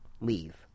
leave